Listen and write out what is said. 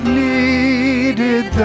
needed